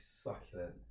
succulent